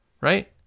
right